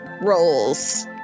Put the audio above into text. roles